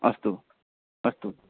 अस्तु अस्तु